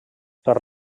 per